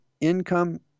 income